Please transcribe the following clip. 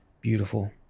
beautiful